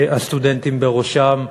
והסטודנטים בראשם,